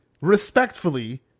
respectfully